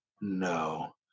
No